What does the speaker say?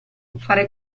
fare